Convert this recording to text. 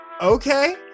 Okay